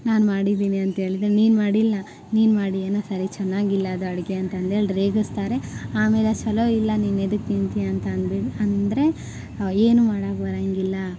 ನಾನು ಮಾಡಿದ್ದೀನಿ ಅಂತೇಳಿದ್ರೆ ನೀನು ಮಾಡಿಲ್ಲ ನೀನು ಮಾಡಿಯೇನು ಸರಿ ಚೆನ್ನಾಗಿಲ್ಲ ಅದು ಅಡುಗೆ ಅಂತಂದೇಳಿ ರೇಗಿಸ್ತಾರೆ ಆಮೇಲೆ ಛಲೋ ಇಲ್ಲ ನೀನು ಯಾಕ್ ತಿಂತೀಯ ಅಂತ ಅಂದ್ಬಿಡು ಅಂದರೆ ಏನು ಮಾಡೋಕ್ ಬರೋಂಗಿಲ್ಲ